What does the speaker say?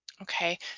Okay